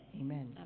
Amen